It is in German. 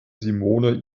simone